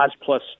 plus